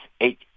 eight